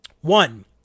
One